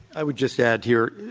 i would just add here,